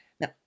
Now